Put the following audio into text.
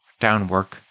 Downwork